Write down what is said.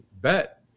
bet